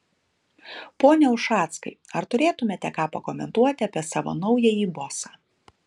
pone ušackai ar turėtumėte ką pakomentuoti apie savo naująjį bosą